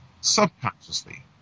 subconsciously